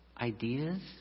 ideas